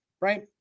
right